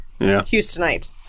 Houstonite